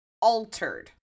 altered